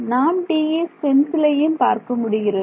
நாம் TE ஸ்டென்சிலையும் பார்க்க முடிகிறது